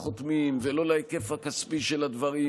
חותמים עליו ולא להיקף הכספי של הדברים,